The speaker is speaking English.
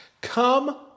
Come